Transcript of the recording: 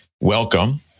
Welcome